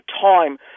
time